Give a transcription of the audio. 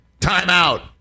timeout